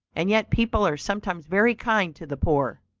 and yet people are sometimes very kind to the poor.